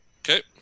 Okay